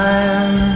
Time